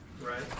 Right